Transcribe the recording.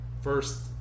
first